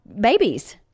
babies